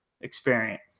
experience